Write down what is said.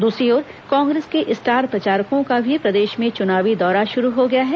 दूसरी ओर कांग्रेस के स्टार प्रचारकों का भी प्रदेश में चुनावी दौरा शुरू हो गया है